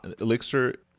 elixir